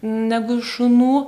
negu šunų